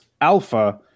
Alpha